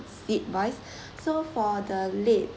seat wise so for the late